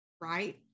right